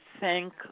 thank